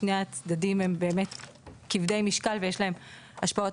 שני הצדדים הם כבדי משקל ויש להם השפעות